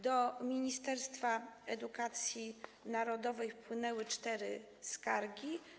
Do Ministerstwa Edukacji Narodowej wpłynęły cztery skargi.